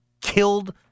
killed